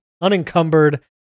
unencumbered